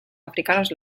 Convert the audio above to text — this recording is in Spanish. africanos